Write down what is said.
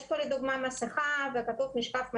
יש פה לדוגמה מסכה וכתוב משקף מגן,